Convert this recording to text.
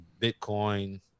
Bitcoin